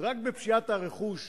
רק בפשיעת הרכוש